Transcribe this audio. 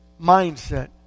mindset